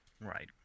Right